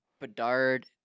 Bedard